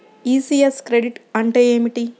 ECS credit అంటే ఏమిటి?